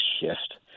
shift